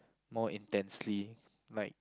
more intensely like